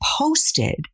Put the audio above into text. posted